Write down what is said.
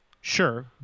Sure